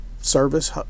service